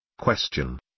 Question